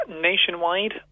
nationwide